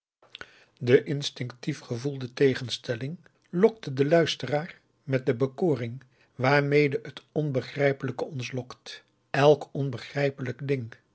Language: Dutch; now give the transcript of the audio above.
dessa de instinctief gevoelde tegenstelling lokte den luisteraar met de bekoring waarmede het onbegrijpelijke ons lokt elk onbegrijpelijk ding